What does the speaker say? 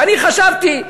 ואני חשבתי: